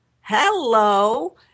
Hello